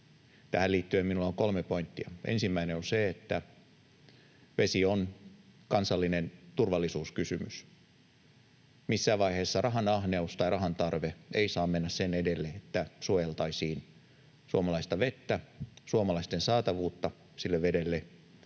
Tähän liittyen minulla on kolme pointtia: Ensimmäinen on se, että vesi on kansallinen turvallisuuskysymys. Missään vaiheessa rahanahneus tai rahan tarve ei saa mennä sen edelle, että suojellaan suomalaista vettä, sen veden saatavuutta suomalaisille